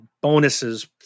bonuses